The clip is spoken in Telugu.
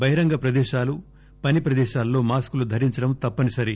బహిరంగ ప్రదేశాలు పని ప్రదేశాల్లో మాస్కులు ధరించడం తప్పనిసరి